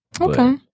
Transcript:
Okay